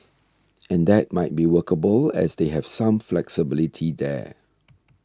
and that might be workable as they have some flexibility there